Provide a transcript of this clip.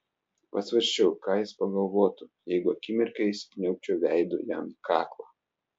pasvarsčiau ką jis pagalvotų jeigu akimirkai įsikniaubčiau veidu jam į kaklą